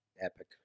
epic